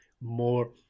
more